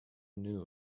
knew